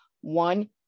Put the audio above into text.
one